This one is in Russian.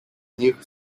них